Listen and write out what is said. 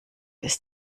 ist